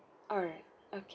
alright okay